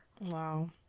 wow